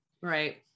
right